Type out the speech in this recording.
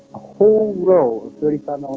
whole roll of thirty five